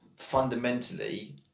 fundamentally